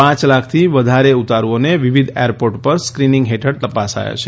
પાંચ લાખથી વધારે ઉતારુઓને વિવિધ એરપોર્ટ ઉપર સ્ક્રિનિંગ હેઠળ તપાસાયા છે